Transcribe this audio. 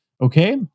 Okay